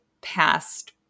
past